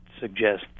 suggest